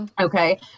okay